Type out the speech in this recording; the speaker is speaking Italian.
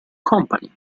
company